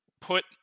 put